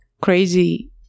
crazy